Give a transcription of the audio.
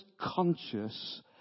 conscious